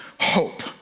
hope